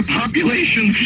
population